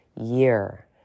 year